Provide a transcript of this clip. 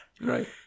Right